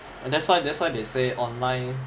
and that's why that's why they say online